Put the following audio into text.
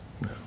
No